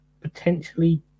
potentially